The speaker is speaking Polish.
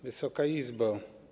Wysoka Izbo!